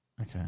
okay